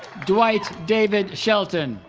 dwight david shelton